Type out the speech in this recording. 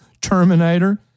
Terminator